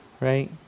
right